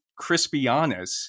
Crispianus